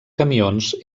camions